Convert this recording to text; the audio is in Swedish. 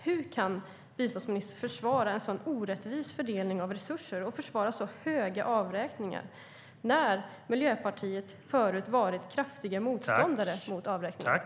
Hur kan biståndsministern försvara en sådan orättvis fördelning av resurser och försvara så höga avräkningar när Miljöpartiet förut varit kraftiga motståndare till avräkningar?